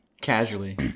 casually